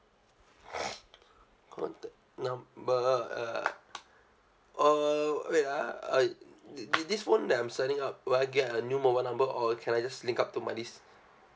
contact number uh uh wait ah uh thi~ thi~ this phone that I'm signing up will I get a new mobile number or can I just link up to my this